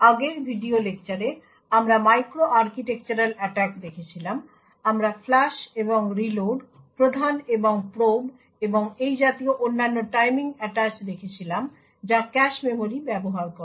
আগের ভিডিও লেকচারে আমরা মাইক্রো আর্কিটেকচারাল অ্যাটাক দেখেছিলাম আমরা ফ্লাশ এবং রিলোড প্রধান এবং প্রোব এবং এই জাতীয় অন্যান্য টাইমিং অ্যাটাচ দেখেছিলাম যা ক্যাশ মেমরি ব্যবহার করে